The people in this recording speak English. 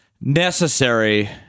necessary